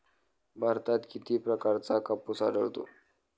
भारतात किती प्रकारचा कापूस आढळतो?